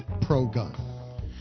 pro-gun